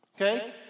Okay